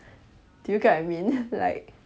do you get what I mean like